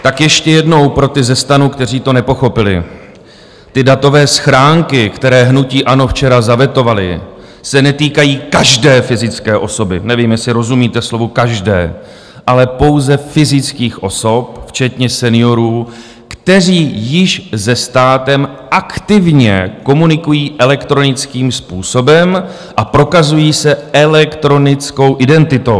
Tak ještě jednou pro ty ze STANu, kteří to nepochopili: datové schránky, které hnutí ANO včera zavetovalo, se netýkají každé fyzické osoby nevím, jestli rozumíte slovu každé ale pouze fyzických osob, včetně seniorů, kteří již se státem aktivně komunikují elektronickým způsobem a prokazují se elektronickou identitou.